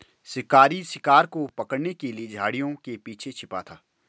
शिकारी शिकार को पकड़ने के लिए झाड़ियों के पीछे छिपा था